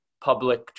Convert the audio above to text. public